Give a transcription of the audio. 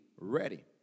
ready